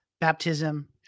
baptism